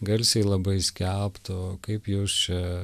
garsiai labai skelbtų kaip jūs čia